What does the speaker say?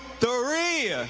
three.